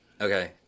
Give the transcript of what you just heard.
Okay